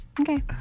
Okay